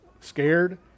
scared